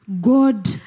God